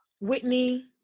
Whitney